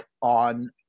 on